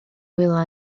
wylo